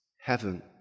heaven